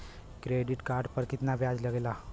Credit card पर कितना ब्याज लगेला?